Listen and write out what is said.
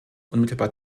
unmittelbar